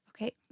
Okay